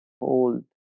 hold